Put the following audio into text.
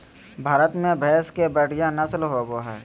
भारत में भैंस के बढ़िया नस्ल होबो हइ